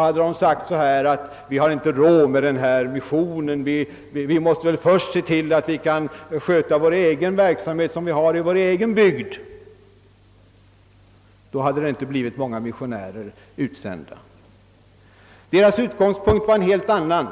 Hade de sagt: » Vi har inte råd med denna mission, vi måste först se till att vi kan sköta den verksamhet vi har i vår egen bygd», då hade det inte blivit många missionärer utsända. Deras utgångspunkt var en helt annan.